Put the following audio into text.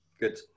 good